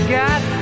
got